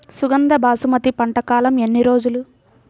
సుగంధ బాసుమతి పంట కాలం ఎన్ని రోజులు?